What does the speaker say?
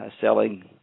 selling